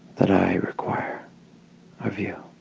that i require of you?